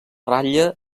ratlla